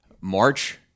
March